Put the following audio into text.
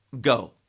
Go